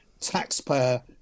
taxpayer